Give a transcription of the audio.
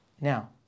Now